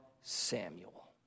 Samuel